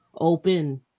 open